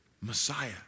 Messiah